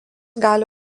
gali